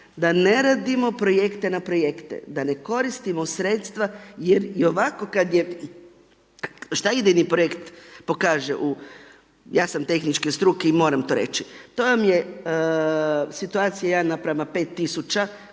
Da ne radimo projekte na projekte, da ne koristimo sredstva, gdje bi i ovako kada je, šta …/Govornik se ne razumije./… projekt pokaže u, ja sam tehničke struke i moram to reći. To vam je situacija 1 naprama